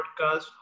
Podcast